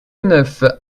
neuf